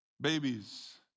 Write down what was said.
Babies